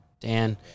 Dan